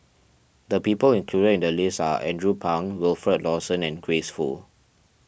the people included in the list are Andrew Phang Wilfed Lawson and Grace Fu